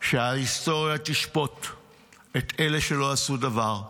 שההיסטוריה תשפוט את אלה שלא עשו דבר,